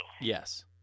Yes